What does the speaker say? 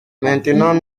maintenant